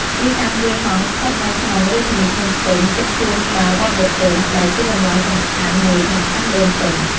ទីតាំងវាលហង្សស្ថិតនៅក្នុងរាជធានីភ្នំពេញ ជិតសួនច្បារវត្តបុទុម ដែលជាកន្លែងសំខាន់មួយក្នុងខណ្ឌដូនពេញ។